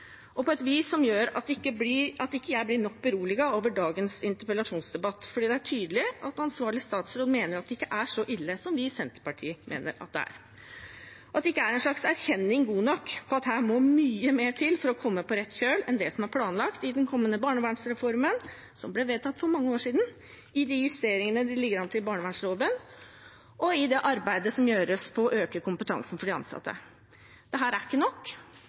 og på et vis som gjør at jeg ikke blir nok beroliget over dagens interpellasjonsdebatt, for det er tydelig at ansvarlig statsråd mener at det ikke er så ille som vi i Senterpartiet mener at det er. Det er ikke en erkjenning god nok av at det må mye mer til for å komme på rett kjøl enn det som er planlagt i den kommende barnevernsreformen, som ble vedtatt for mange år siden – i justeringene det ligger an til i barnevernsloven, og i det arbeidet som gjøres for å øke kompetansen for de ansatte. Dette er ikke nok,